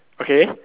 okay